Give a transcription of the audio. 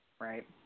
right